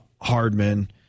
Hardman